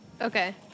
Okay